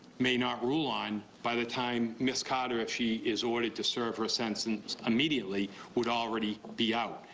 may not rule on by the time ms. carter, if she is ordered to serve her sentence immediately, would already be out,